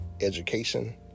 education